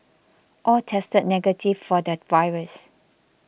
all tested negative for the virus